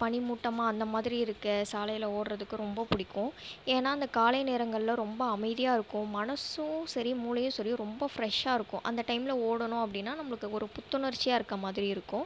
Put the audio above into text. பனி மூட்டமாக அந்த மாதிரி இருக்கற சாலையில் ஓடுகிறதுக்கு ரொம்ப பிடிக்கும் ஏன்னால் அந்த காலை நேரங்களில் ரொம்ப அமைதியாருக்கும் மனசும் சரி மூளையும் சரி ரொம்ப ஃப்ரெஷாயிருக்கும் அந்த டைமில் ஓடணும் அப்படினா நம்மளுக்கு ஒரு புத்துணர்ச்சியாருக்கிற மாதிரி இருக்கும்